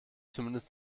zumindest